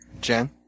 Jen